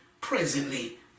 presently